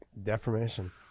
Deformation